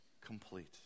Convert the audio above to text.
complete